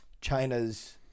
China's